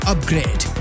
Upgrade